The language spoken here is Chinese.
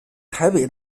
台北